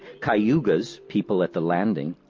cayugas people at the landing,